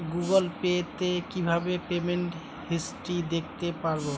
Google Pay তে কিভাবে payment history দেখতে পারবো?